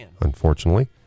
unfortunately